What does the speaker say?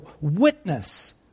witness